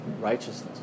Righteousness